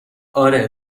اره